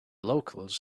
locals